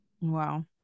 wow